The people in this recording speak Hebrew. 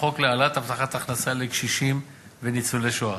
החוק להעלאת הבטחת הכנסה לקשישים וניצולי שואה.